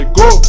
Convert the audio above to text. go